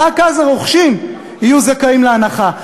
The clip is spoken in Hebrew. רק אז הרוכשים יהיו זכאים להנחה.